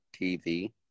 TV